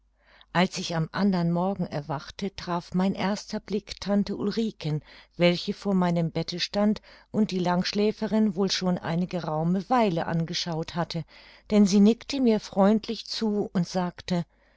als ich am andern morgen erwachte traf mein erster blick tante ulriken welche vor meinem bette stand und die langschläferin wohl schon eine geraume weile angeschaut hatte denn sie nickte mir freundlich zu und sagte